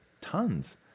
Tons